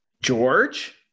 George